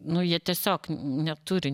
nu jie tiesiog neturi